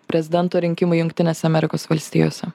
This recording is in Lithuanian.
prezidento rinkimai jungtinėse amerikos valstijose